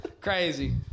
Crazy